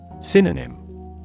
Synonym